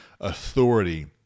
authority